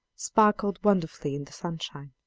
sparkled wonderfully in the sunshine.